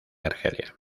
argelia